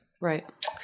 Right